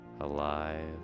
Alive